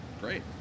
great